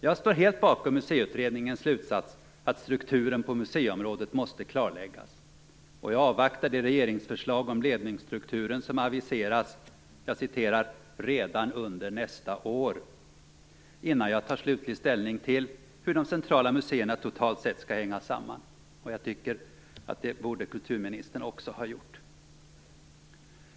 Jag står helt bakom Museiutredningens slutsats att strukturen på museiområdet måste klarläggas. Jag avvaktar det regeringsförslag om ledningsstrukturen som aviserats "redan under nästa år" innan jag tar slutlig ställning till hur de centrala museerna totalt sett skall hänga samman. Det tycker jag att kulturministern också borde ha gjort.